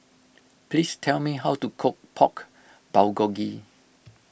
please tell me how to cook Pork Bulgogi